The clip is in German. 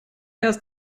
erst